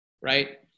right